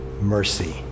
mercy